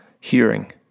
Hearing